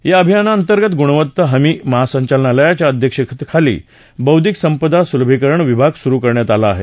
या अभियानांतर्गत गुणवत्ता हमी महासंचालनालयाच्या अध्यक्षतेखाली बौद्वीक संपदा सुलभीकरण विभाग सुरु करण्यात आला आहे